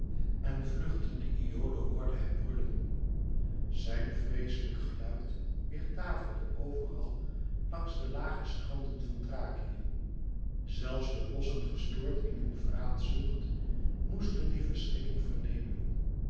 en vluchtende iole hoorde hem brullen zijn vreeslijk geluid weêrdaverde overal langs de lage stranden van thrakië zelfs de rossen gestoord in hun vraatzucht moesten die verschrikking vernemen